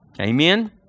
Amen